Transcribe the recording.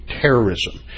terrorism